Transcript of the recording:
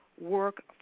work